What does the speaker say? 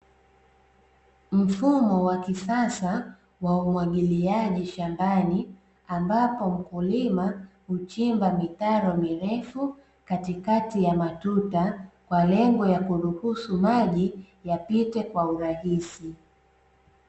Mfumo wa kisasa wa umwagiliaji shambani ambapo mkulima huchimba mitaro mirefu katikati ya matuta, kwa lengo la kuruhusu maji yapite kwa urahisi.